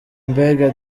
mbega